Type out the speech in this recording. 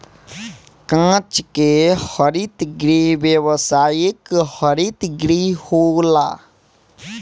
कांच के हरित गृह व्यावसायिक हरित गृह होला